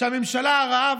שהממשלה הרעה,